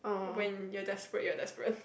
when you're desperate you're desperate